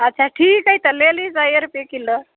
अच्छा ठीक हइ तऽ ले ली सए ए रुपए किलो